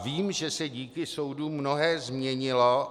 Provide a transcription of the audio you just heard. Vím, že se díky soudům mnohé změnilo.